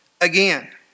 again